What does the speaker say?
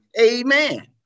Amen